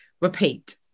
repeat